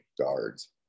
guards